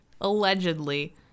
allegedly